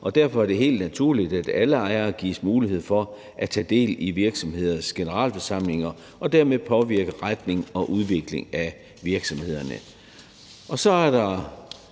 og derfor er det helt naturligt, at alle ejere gives mulighed for at tage del i virksomheders generalforsamlinger og dermed påvirke retningen og udviklingen af virksomhederne. Så er der